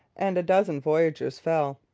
and a dozen voyageurs fell.